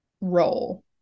role